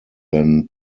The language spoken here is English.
then